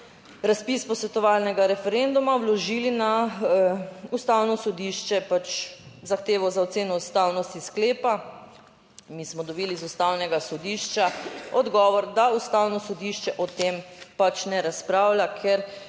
razpis posvetovalnega referenduma, vložili na Ustavno sodišče pač zahtevo za oceno ustavnosti sklepa. Mi smo dobili z Ustavnega sodišča odgovor, da Ustavno sodišče o tem pač ne razpravlja, ker